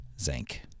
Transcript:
zinc